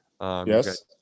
Yes